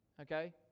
Okay